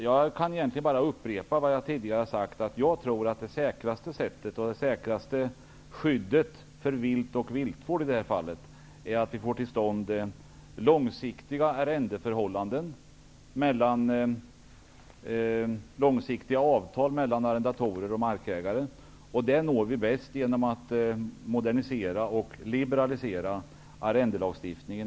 Jag kan bara upprepa vad jag tidigare har sagt, att jag tror att det säkraste sättet att skydda viltet och viltvården i detta fall är att det kommer till stånd långsiktiga avtal mellan arrendatorer och markägare. Det når vi bäst genom att modernisera och liberalisera arrendelagstiftningen.